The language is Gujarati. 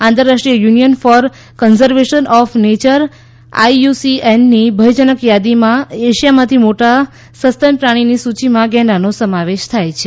આંતરરાષ્ટ્રીય union for conservation of nature આઈયુસીએનની ભયજનક યાદીમાં એશિયામાંથી મોટા સસ્તન પ્રાણીની સૂચિમાં ગેંડાનો સમાવેશ થાય છે